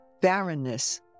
barrenness